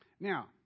Now